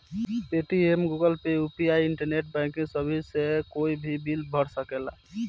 Paytm, Google pay, UPI, internet banking सभ से कोई भी बिल भरा सकेला